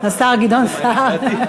השר גדעון סער,